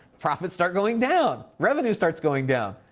profits start going down, revenue starts going down.